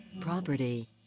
property